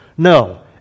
No